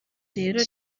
rero